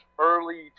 early